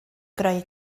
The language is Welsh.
greu